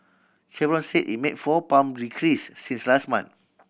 Chevron said it made four pump decrease since last month